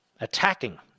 attacking